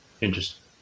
Interesting